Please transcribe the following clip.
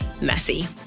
messy